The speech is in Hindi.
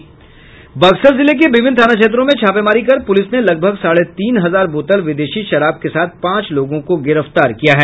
बक्सर जिले के विभिन्न थाना क्षेत्रों में छापेमारी कर पुलिस ने लगभग साढ़े तीन हजार बोतल विदेशी शराब के साथ पांच लोगों को गिरफ्तार किया है